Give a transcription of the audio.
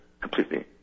completely